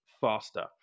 faster